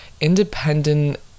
independent